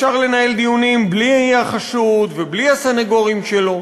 אפשר לנהל דיונים בלי החשוד ובלי הסנגורים שלו.